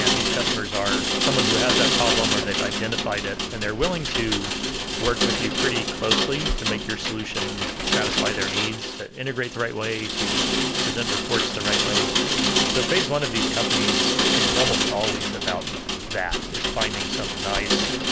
these customers are someone who has that problem or they've identified it and they're willing to work with you pretty closely to make your solution satisfy their needs to integrate the right way, to present reports the right way so phase one of these companies is almost always about that, is finding some nice,